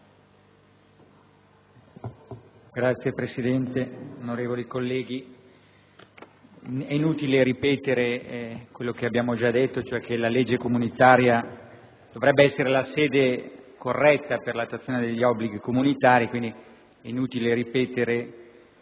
Signor Presidente, onorevoli colleghi, è inutile ripetere quello che abbiamo già detto, cioè che la legge comunitaria dovrebbe essere la sede corretta per l'attuazione degli obblighi comunitari e che questo